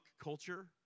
culture